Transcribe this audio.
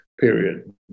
period